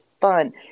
fun